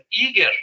eager